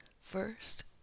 first